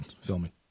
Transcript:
filming